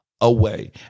away